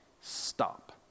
Stop